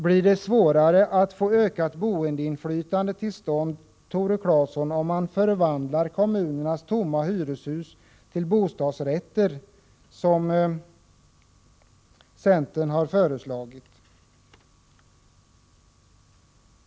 Blir det svårare att få ökat boendeinflytande till stånd, Tore Claeson, om man förvandlar kommunernas tomma hyreshus till bostadsrätter, som centern har föreslagit?